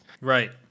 Right